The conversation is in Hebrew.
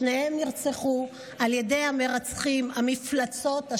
שתיהן נרצחו על ידי המרצחים המפלצות.